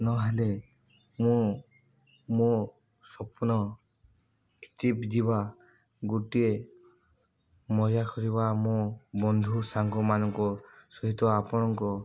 ନହେଲେ ମୁଁ ମୋ ସ୍ୱପ୍ନ ଟ୍ରିପ୍ ଯିବା ଗୋଟିଏ ମଜା କରିବା ମୋ ବନ୍ଧୁ ସାଙ୍ଗମାନଙ୍କ ସହିତ ଆପଣଙ୍କ